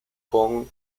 con